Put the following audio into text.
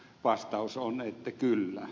vastaus on että kyllä